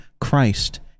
Christ